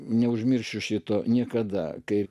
neužmiršiu šito niekada kai